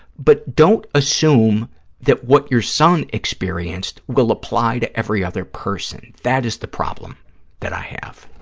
but don't assume that what your son experienced will apply to every other person. that is the problem that i have.